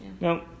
no